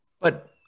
but-